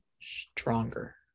stronger